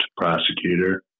prosecutor